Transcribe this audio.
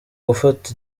gufata